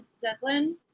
Zeppelin